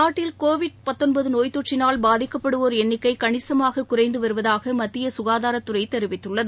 நாட்டில் கோவிட் நோய் தொற்றினால் பாதிக்கப்படுவோா் எண்ணிக்கை கணிசமாக குறைந்து வருவதாக மத்திய குகாதாரத்துறை தெரிவித்துள்ளது